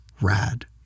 rad